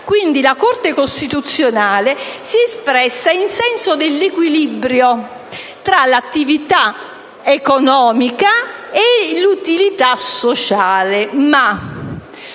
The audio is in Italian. Quindi, la Corte costituzionale si è espressa nel senso dell'equilibrio tra l'attività economica e l'utilità sociale,